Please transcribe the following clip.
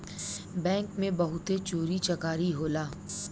bank में बहुते चोरी चकारी होला